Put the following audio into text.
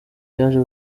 yaje